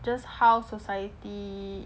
just how society